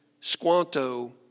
Squanto